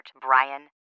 Brian